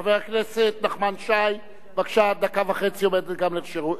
חבר הכנסת נחמן שי, בבקשה, דקה וחצי גם לרשותך.